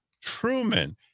Truman